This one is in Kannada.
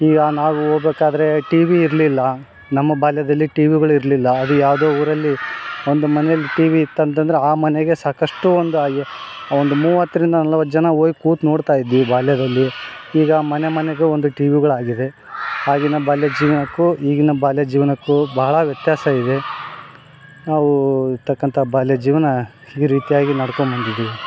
ಈಗ ನಾವು ಓದ್ಬೇಕಾದ್ರೆ ಟಿವಿ ಇರಲಿಲ್ಲ ನಮ್ಮ ಬಾಲ್ಯದಲ್ಲಿ ಟಿವಿಗಳು ಇರಲಿಲ್ಲ ಅಲ್ಲಿ ಯಾವುದೋ ಊರಲ್ಲಿ ಒಂದು ಮನೇಲಿ ಟಿವಿ ಇತ್ತು ಅಂತ್ತಂದ್ರೆ ಆ ಮನೆಗೆ ಸಾಕಷ್ಟು ಒಂದು ಒಂದು ಮೂವತ್ತರಿಂದ ನಲವತ್ತು ಜನ ಹೋಗಿ ಕೂತು ನೋಡ್ತಾ ಇದ್ವಿ ಬಾಲ್ಯದಲ್ಲಿ ಈಗ ಮನೆ ಮನೆಗೂ ಒಂದು ಟಿವಿಗಳು ಆಗಿವೆ ಆಗಿನ ಬಾಲ್ಯ ಜೀವನಕ್ಕೂ ಈಗಿನ ಬಾಲ್ಯ ಜೀವನಕ್ಕೂ ಭಾಳ ವ್ಯತ್ಯಾಸ ಇದೆ ನಾವು ಇರ್ತಕಂಥ ಬಾಲ್ಯ ಜೀವನ ಈ ರೀತಿಯಾಗಿ ನಡ್ಕೊಂಡು ಬಂದಿದ್ದೀವಿ